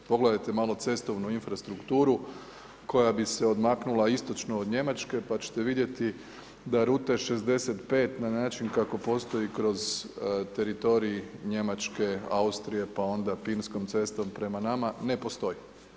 Pogledajte malo cestovnu infrastrukturu koja bi se odmaknula istočno od Njemačke pa ćete vidjeti da Route 65 na način kako postoji kroz teritorij Njemačke, Austrije, pa onda Finskom cestom prema nama ne postoji.